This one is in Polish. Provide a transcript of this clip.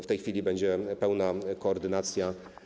W tej chwili będzie pełna koordynacja.